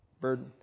bird